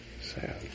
SAD